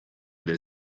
del